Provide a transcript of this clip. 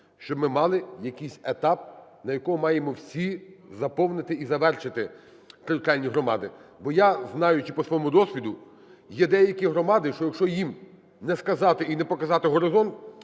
щоб ми мали який етап, на якому маємо всі заповнити і завершити територіальні громади. Бо я, знаючи по своєму досвіду, є деякі громади, що якщо їм не сказати і не показати горизонт,